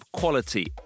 quality